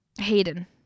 Hayden